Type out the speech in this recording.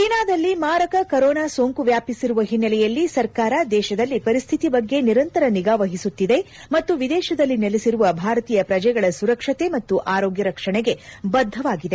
ಚೀನಾದಲ್ಲಿ ಮಾರಕ ಕರೋನಾ ಸೋಂಕು ವ್ಯಾಪಿಸಿರುವ ಹಿನ್ನೆಲೆಯಲ್ಲಿ ಸರ್ಕಾರ ದೇಶದಲ್ಲಿ ಪರಿಸ್ತಿತಿ ಬಗ್ಗೆ ನಿರಂತರ ನಿಗಾ ವಹಿಸುತ್ತಿದೆ ಮತ್ತು ವಿದೇಶದಲ್ಲಿ ನೆಲೆಸಿರುವ ಭಾರತೀಯ ಪ್ರಜೆಗಳ ಸುರಕ್ಷತೆ ಮತ್ತು ಆರೋಗ್ಯ ರಕ್ಷಣೆಗೆ ಬದ್ದವಾಗಿದೆ